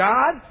God